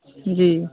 जी